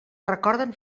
recorden